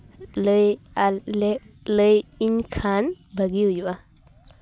ᱞᱟᱹᱭ ᱟᱨ ᱞᱮ ᱞᱟᱹᱭ ᱤᱧ ᱠᱷᱟᱱ ᱵᱷᱟᱹᱜᱤ ᱦᱩᱭᱩᱜᱼᱟ